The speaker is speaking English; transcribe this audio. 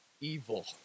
evil